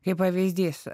kaip pavyzdys